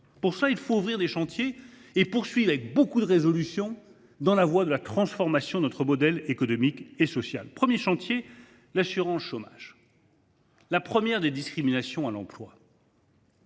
Pour cela, il faut ouvrir des chantiers et poursuivre, résolument, sur la voie de la transformation de notre modèle économique et social. Le premier chantier est celui de l’assurance chômage. La première des discriminations à l’emploi,